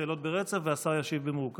ניקח את השאלות ברצף והשר ישיב במרוכז.